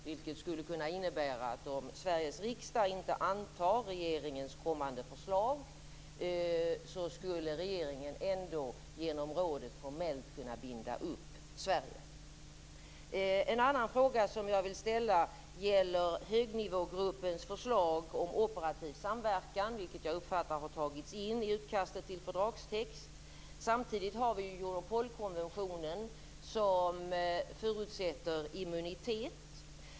Detta skulle kunna innebära att om Sveriges riksdag inte antar regeringens kommande förslag skulle regeringen ändå genom rådet formellt kunna binda upp Sverige. En annan fråga jag vill ställa gäller högnivågruppens förslag om operativ samverkan. Jag har uppfattat att det har tagits in i utkastet till fördragstext. Samtidigt har vi ju Europolkonventionen som förutsätter immunitet.